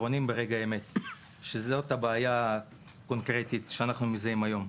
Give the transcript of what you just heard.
אונים ברגע האמת שזו הבעיה אותה אנחנו מזהים היום.